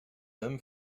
them